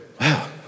wow